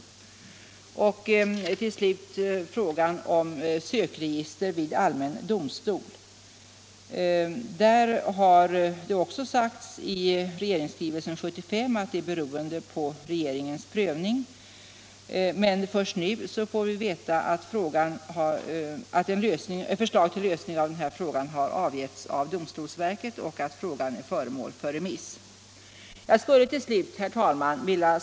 Beträffande frågan om författningsreglering av sökregister vid allmän domstol har det i regeringsskrivelsen 1975 sagts att den är beroende av regeringens prövning. Men först nu får vi veta att ett förslag till lösning av frågan har avgivits av domstolsverket och är föremål för remissbehandling.